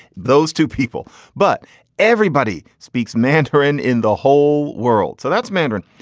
those two people. but everybody speaks mandarin in the whole world. so that's mandarin.